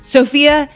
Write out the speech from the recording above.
Sophia